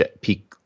peak